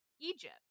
Egypt